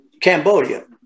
Cambodia